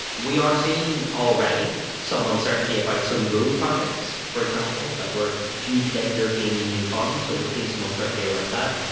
we are seeing already some uncertainty about some road projects, for example, that were due to get european union funds, so we are seeing some uncertainty around that.